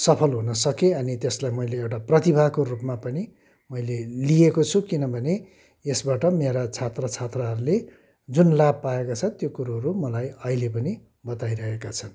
सफल हुन सकेँ अनि त्यसलाई मैले प्रतिभाको रूपमा पनि मैले लिएको छु किनभने यसबाट मेरो छात्र छात्राहरले जुन लाभ पाएका छन् त्यो कुरोहरू मलाई अहिले पनि बताइरहेका छन्